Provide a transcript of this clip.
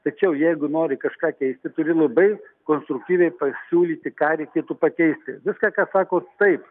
tačiau jeigu nori kažką keisti turi labai konstruktyviai pasiūlyti ką reikėtų pakeisti viską ką sakto taip